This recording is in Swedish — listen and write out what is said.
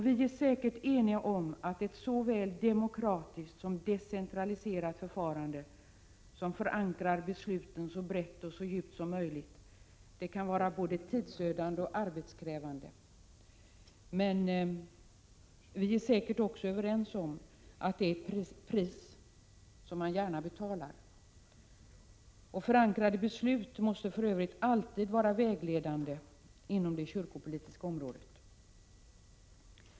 Vi är säkert eniga om att ett såväl demokratiskt som decentraliserat förfarande, som förankrar besluten så brett och så djupt som möjligt, kan vara både tidsödande och arbetskrävande. Men vi är säkert också överens om att det är ett pris som man gärna betalar. Förankrade beslut måste för övrigt alltid vara vägledande inom det kyrkopolitiska området.